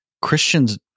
Christians